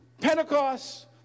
Pentecost